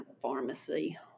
pharmacy